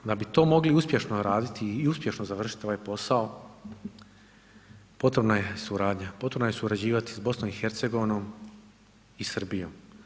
Da bi to mogli uspješno raditi i uspješno završiti ovaj posao potrebna je suradnja, potrebno je surađivati s BiH i Srbijom.